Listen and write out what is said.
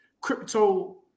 Crypto